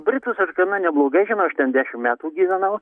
britus aš gana neblogai žinau aš ten dešim metų gyvenau